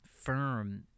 firm